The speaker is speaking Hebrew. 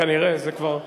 זה כבר סגור.